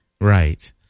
Right